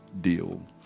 deal